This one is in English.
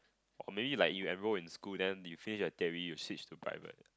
oh maybe like you enroll in school then you finish the theory you switch to private